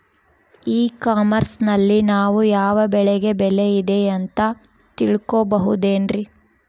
E commerce ನಲ್ಲಿ ನಾವು ಯಾವ ಬೆಳೆಗೆ ಬೆಲೆ ಇದೆ ಅಂತ ತಿಳ್ಕೋ ಬಹುದೇನ್ರಿ?